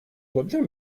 olabilir